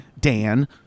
Dan